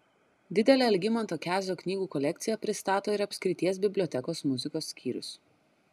didelę algimanto kezio knygų kolekciją pristato ir apskrities bibliotekos muzikos skyrius